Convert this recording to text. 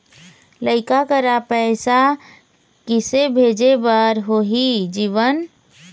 लइका करा पैसा किसे भेजे बार होही जीवन